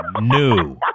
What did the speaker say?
New